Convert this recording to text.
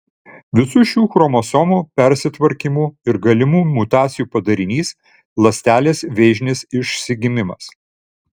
visų šių chromosomų persitvarkymų ir galimų mutacijų padarinys ląstelės vėžinis išsigimimas